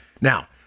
Now